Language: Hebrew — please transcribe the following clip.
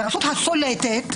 לרשות השולטת,